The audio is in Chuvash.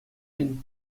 мӗн